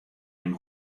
him